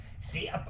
See